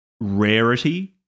Rarity